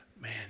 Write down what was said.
man